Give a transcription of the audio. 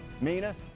Mina